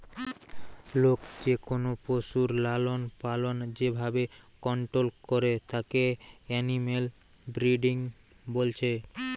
লোক যেকোনো পশুর লালনপালন যে ভাবে কন্টোল করে তাকে এনিম্যাল ব্রিডিং বলছে